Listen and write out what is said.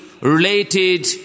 related